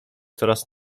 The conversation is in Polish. coraz